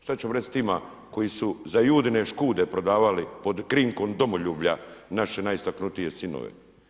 Šta ćemo reći s tima koji su za Judine škude prodavali pod krinkom domoljublja naše najistaknutije sinove?